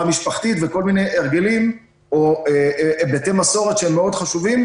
משפחתית וכל מיני הרגלים או היבטי מסורת שהם מאוד חשובים,